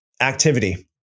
activity